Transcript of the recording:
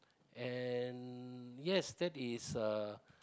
and yes that is uh